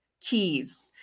keys